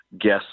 Guess